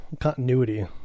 continuity